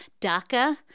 daca